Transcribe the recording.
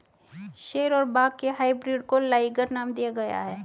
शेर और बाघ के हाइब्रिड को लाइगर नाम दिया गया है